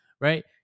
right